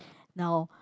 now